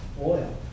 oil